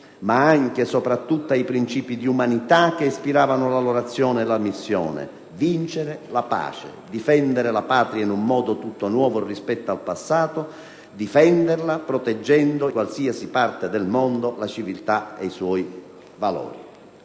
ma anche e soprattutto ai principi di umanità che ispiravano la loro azione e la missione: vincere la pace, difendere la Patria in un modo tutto nuovo rispetto al passato, difenderla proteggendo in qualsiasi parte del mondo la civiltà e i suoi valori.